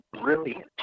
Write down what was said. brilliant